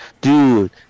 Dude